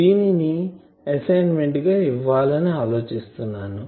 దీనిని అసైన్మెంట్ గా ఇవ్వాలి అని ఆలోచిస్తున్నాను